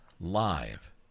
live